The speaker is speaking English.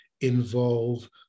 involve